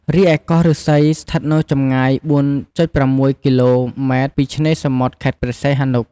រីឯកោះឫស្សីស្ថិតនៅចម្ងាយ ៤.៦ គីឡូម៉ែត្រពីឆ្នេរសមុទ្រខេត្តព្រះសីហនុ។